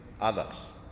others